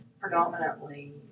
predominantly